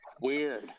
Weird